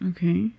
Okay